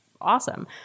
awesome